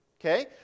Okay